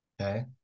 Okay